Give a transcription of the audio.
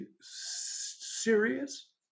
serious